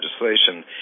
legislation